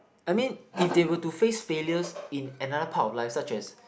I mean if they were to face failures in another part of life such as